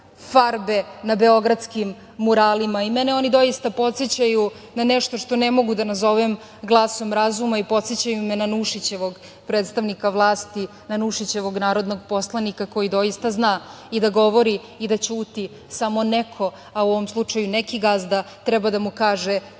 farbe na beogradskim muralima. Mene oni doista podsećaju na nešto što ne mogu da nazovem glasom razuma i podsećaju me na Nušićevog predstavnika vlasti, na Nušićevog „Narodnog poslanika“ koji doista zna i da govori i da ćuti samo neko, a u ovom slučaju neki gazda treba da mu kaže